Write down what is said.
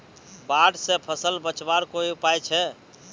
बाढ़ से फसल बचवार कोई उपाय छे?